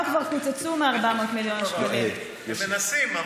הם מנסים,